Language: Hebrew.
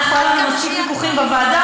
היו לנו מספיק ויכוחים בוועדה.